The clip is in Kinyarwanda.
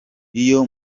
iyo